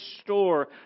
store